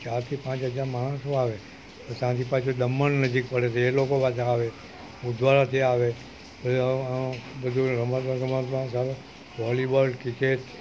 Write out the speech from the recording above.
ચારથી પાંચ હજાર માણસો આવે પછી ત્યાંથી પાછું દમણ નજીક પડે તે એ લોકો પાછા આવે ઉદવાડાથી આવે બધુ રમત ગમતમાં વોલીબોલ ક્રિકેટ